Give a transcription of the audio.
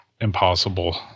impossible